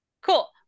Cool